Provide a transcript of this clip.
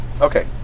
Okay